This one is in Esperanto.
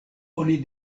oni